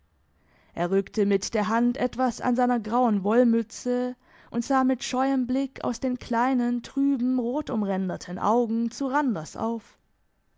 er rückte mit der hand etwas an seiner grauen wollmütze und sah mit scheuem blick aus den kleinen trüben rotumränderten augen zu randers auf